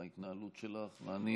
בהתנהלות שלך, ואני